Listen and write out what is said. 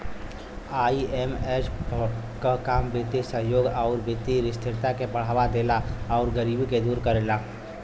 IMF क काम वित्तीय सहयोग आउर वित्तीय स्थिरता क बढ़ावा देला आउर गरीबी के दूर करेला